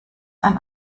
ein